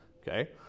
okay